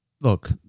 look